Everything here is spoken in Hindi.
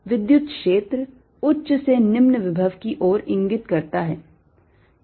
इसलिए विद्युत क्षेत्र उच्च से निम्न विभव की ओर इंगित करता है